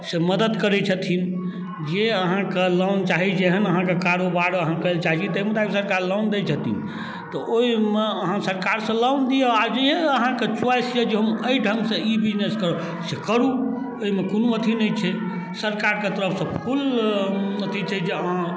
से मदद करै छथिन जे अहाँके लोन चाही जेहन अहाँके कारोबार अहाँके चाहै छी ताहि मोताबिक सरकार लोन दै छथिन तऽ ओहिमे अहाँ सरकारसँ लोन लिअऽ आओर जे अहाँके चॉइस अइ जे हम एहि ढङ्गसँ ई बिजनेस करब से करू एहिमे कोनो अथी नहि छै सरकारके तरफसँ फुल अथी छै जे अहाँ